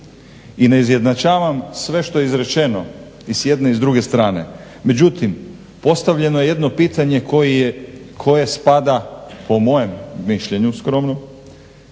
i neizjednačavam sve što je izrečeno i s jedne i s druge strane. Međutim, postavljeno je jedno pitanje koje spada, po mojem mišljenju skromnom,